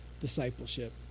discipleship